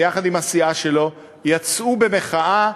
ויחד עם הסיעה שלו יצא במחאה,